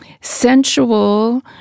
sensual